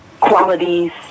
qualities